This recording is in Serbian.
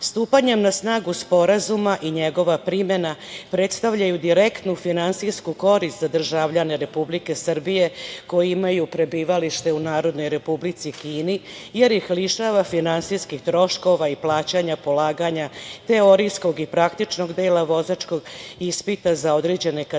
Srbiji. Stupanje na snagu Sporazuma i njegova primena predstavljaju direktnu finansijsku korist za državljane Republike Srbije koji imaju prebivalište u Narodnoj Republici Kini, jer ih lišava finansijskih troškova i plaćanja polaganja teorijskog i praktičnog dela vozačkog ispita za određene kategorije